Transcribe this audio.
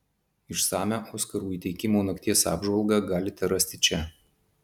išsamią oskarų įteikimų nakties apžvalgą galite rasti čia